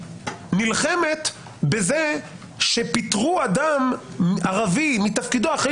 נלחמת בזה שפיטרו אדם ערבי מתפקידו אחרי